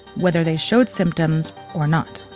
whether they showed symptoms or not.